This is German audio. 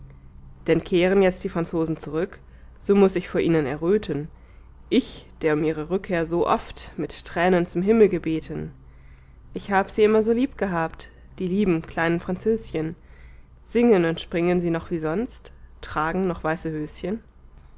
denn kehren jetzt die franzosen zurück so muß ich vor ihnen erröten ich der um ihre rückkehr so oft mit tränen zum himmel gebeten ich habe sie immer so liebgehabt die lieben kleinen französchen singen und springen sie noch wie sonst tragen noch weiße höschen